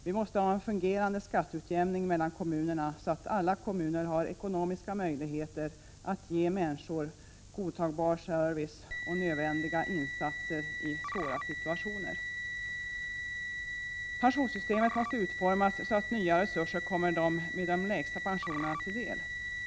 Vi måste ha en fungerande skatteutjämning mellan kommunerna så att alla kommuner har ekonomiska möjligheter att ge människor godtagbar service och nödvändiga insatser i svåra situationer. Pensionssystemet måste utformas så att nya resurser kommer dem med de lägsta pensionerna till del.